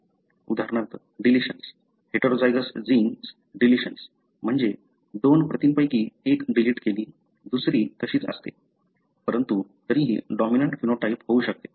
उदाहरणार्थ deletions heterozygous genes deletions म्हणजे दोन प्रतींपैकी एक डिलीट केली दुसरी तशीच असते परंतु तरीही डॉमिनंट फिनोटाइप होऊ शकते